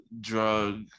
drug